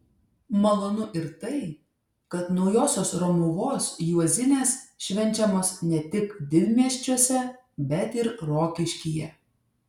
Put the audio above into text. malonu ir tai kad naujosios romuvos juozinės švenčiamos ne tik didmiesčiuose bet ir rokiškyje